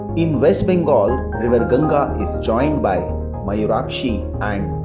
in west bengal river ganga is joined by mayurakshi and